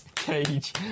cage